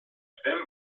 zudem